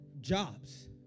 jobs